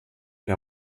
der